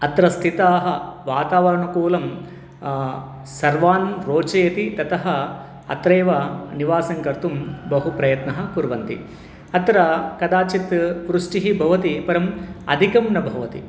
अत्र स्थितः वातावरणकूलं सर्वान् रोचयति ततः अत्रेव निवासं कर्तुं बहु प्रयत्नः कुर्वन्ति अत्र कदाचित् वृष्टिः भवति परम् अधिकं न भवति